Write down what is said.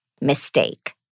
mistake